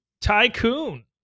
Tycoon